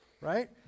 Right